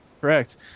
correct